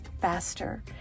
faster